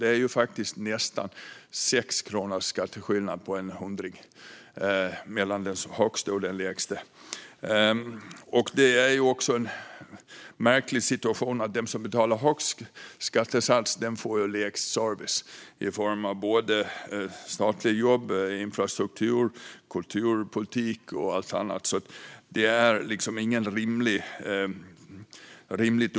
Det är faktiskt nästan 6 kronor i skatteskillnad på en hundring mellan den högsta och den lägsta skattesatsen. Det är även en märklig situation att den som betalar högst skatt också får lägst service i form av både statliga jobb, infrastruktur, kulturpolitik och allt annat. Det upplägg vi har just nu är inte rimligt.